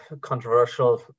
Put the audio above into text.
controversial